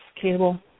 cable